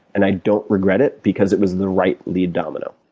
and i don't regret it because it was the right lead domino.